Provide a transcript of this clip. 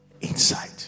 Inside